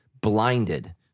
blinded